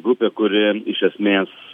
grupė kuri iš esmės